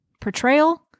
portrayal